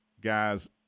guys